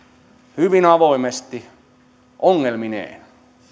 hyvin avoimesti ongelmineen